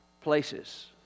places